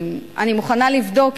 אני מוכנה לבדוק